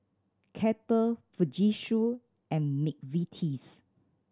Kettle Fujitsu and McVitie's